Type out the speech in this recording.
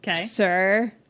sir